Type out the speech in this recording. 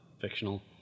fictional